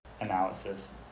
analysis